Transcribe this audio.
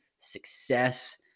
success